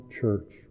church